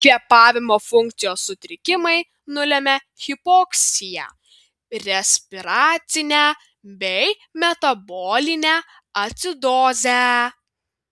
kvėpavimo funkcijos sutrikimai nulemia hipoksiją respiracinę bei metabolinę acidozę